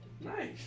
Nice